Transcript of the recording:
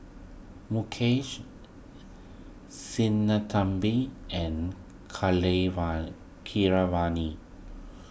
Mukesh Sinnathamby and Keeravani